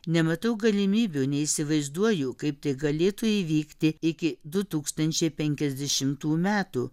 nematau galimybių neįsivaizduoju kaip tai galėtų įvykti iki du tūkstančiai penkiasdešimtų metų